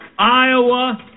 Iowa